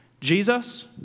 Jesus